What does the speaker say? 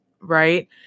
right